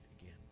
again